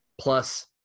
plus